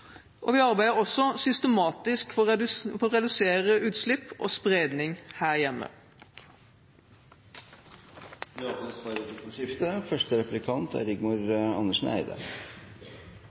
Vi arbeider også systematisk for å redusere utslipp og spredning her hjemme. Det åpnes for replikkordskifte.